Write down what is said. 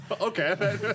Okay